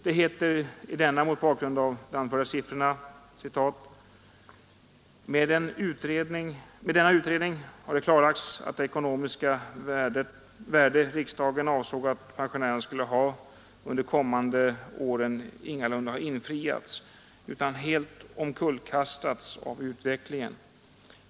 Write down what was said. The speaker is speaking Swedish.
Det heter i denna mot bakgrunden av de anförda siffrorna: ”Med denna utredning har det klarlagts att det ekonomiska värde riksdagen avsåg att pensionerna skulle ha under de kommande åren ingalunda har infriats utan helt omkullkastats av utvecklingen.